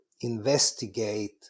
investigate